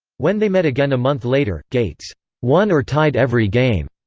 when they met again a month later, gates won or tied every game.